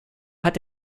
hat